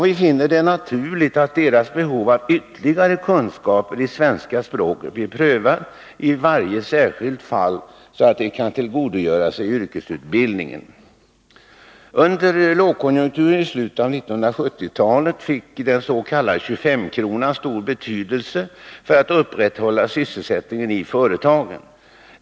Vi finner det naturligt att deras behov av ytterligare kunskaper i svenska språket prövas i varje särskilt fall, så att de kan tillgodogöra sig yrkesutbildningen. Under lågkonjunkturen i slutet av 1970-talet fick den s.k. 25-kronan stor betydelse när det gällde att upprätthålla sysselsättningen i företagen.